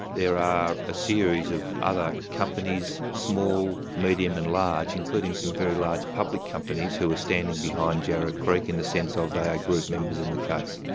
are are a series of other companies, small, medium and large, including some very large public companies who are standing behind jarra creek in the sense ah of they are group members in the case.